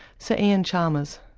sir iain chalmers.